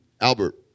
albert